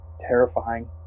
terrifying